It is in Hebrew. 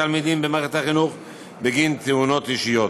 התלמידים במערכת החינוך בגין תאונות אישיות,